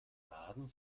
baden